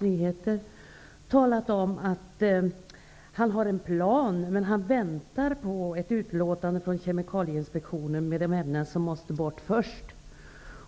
Nyheter talat om att han har en plan, men han väntar på ett utlåtande från Kemikalieinspektionen om de ämnen som måste bort först.